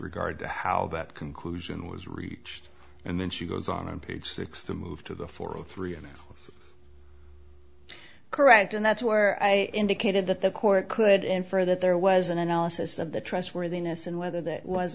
regard to how that conclusion was reached and then she goes on on page six to move to the four or three and correct and that's where i indicated that the court could infer that there was an analysis of the trustworthiness and whether that was